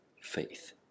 faith